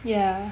ya